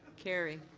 carried.